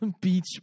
beach